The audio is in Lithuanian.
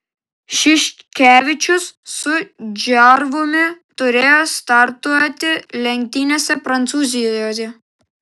šiškevičius su džervumi turėjo startuoti lenktynėse prancūzijoje